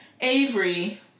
Avery